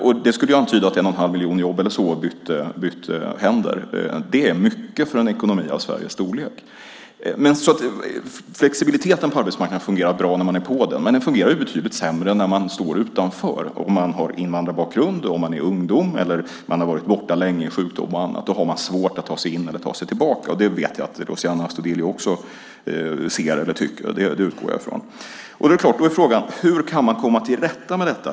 Det skulle alltså antyda att ungefär en och en halv miljon jobb bytte händer, och det är mycket för en ekonomi av Sveriges storlek. Flexibiliteten på arbetsmarknaden fungerar alltså bra när man är inne på arbetsmarknaden, men den fungerar betydligt sämre när man står utanför, om man har invandrarbakgrund, är ungdom eller har varit borta länge i sjukdom eller av annat skäl. Då har man svårt att ta sig in eller komma tillbaka. Det vet jag att Luciano Astudillo också känner till. Då är frågan: Hur kan man komma till rätta med detta?